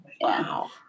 Wow